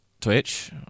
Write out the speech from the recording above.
Twitch